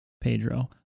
Pedro